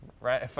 Right